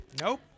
Nope